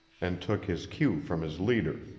and took his cue from his leader.